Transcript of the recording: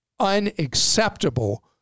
unacceptable